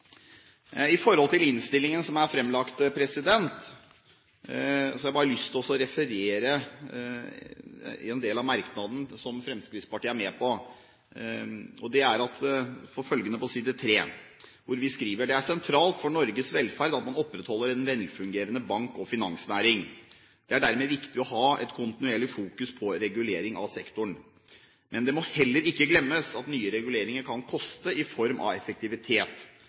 I forhold til innstillingen som er framlagt, har jeg bare lyst til å referere en del av merknaden som Fremskrittspartiet er med på, og det er på side 3, hvor vi skriver: «Det er sentralt for Norges velferd at man opprettholder en velfungerende bank- og finansnæring. Det er dermed viktig å ha et kontinuerlig fokus på regulering av sektoren, men det må heller ikke glemmes at nye reguleringer kan koste i form av effektivitet.